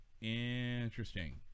Interesting